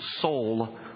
Soul